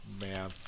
Man